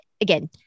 again